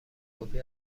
کپی